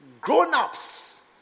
grown-ups